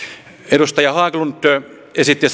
edustaja haglund esitti